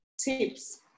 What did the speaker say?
tips